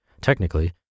technically